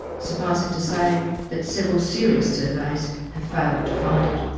suffice it to say that several serious surveys have failed to find it.